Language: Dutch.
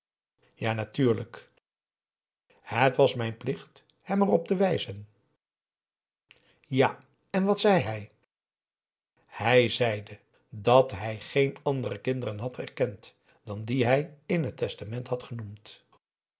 ja natuurlijk het was mijn plicht hem erop te wijzen ja en wat zei hij hij zeide dat hij geen andere kinderen had erkend dan die hij in het testament had genoemd